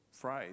phrase